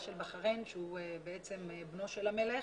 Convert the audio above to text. של בחריין שהוא בעצם בנו של המלך,